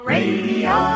Radio